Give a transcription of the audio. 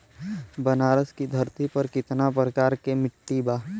बनारस की धरती पर कितना प्रकार के मिट्टी बा?